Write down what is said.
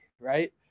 right